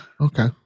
okay